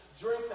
drink